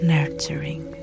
Nurturing